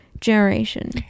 generation